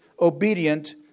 obedient